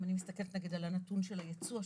אם אני מסתכלת נגיד על הנתון של הייצוא השנה,